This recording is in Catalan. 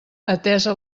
atesa